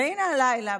והינה הלילה,